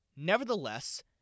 Nevertheless